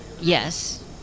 yes